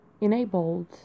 enabled